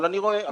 אבל אני רואה,